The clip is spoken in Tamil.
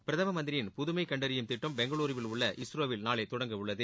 பிரதம மந்திரியின் புதுமை கண்டறியும் திட்டம் பெங்களூருவில் உள்ள இஸ்ரோவில் நாளை தொடங்கவுள்ளது